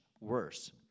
worse